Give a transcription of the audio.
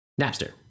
Napster